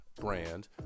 brand